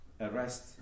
Arrest